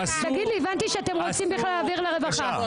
הבנתי שאתם רוצים בכלל להעביר לרווחה.